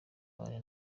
abane